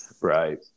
Right